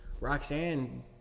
Roxanne